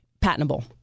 patentable